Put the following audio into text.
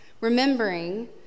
remembering